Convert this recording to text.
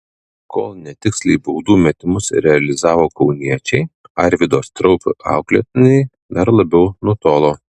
kol netiksliai baudų metimus realizavo kauniečiai arvydo straupio auklėtiniai dar labiau nutolo